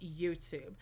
YouTube